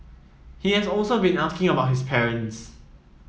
he has also been asking about his parents